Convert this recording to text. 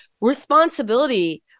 responsibility